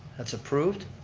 that's approved.